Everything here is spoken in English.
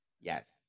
yes